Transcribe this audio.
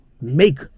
make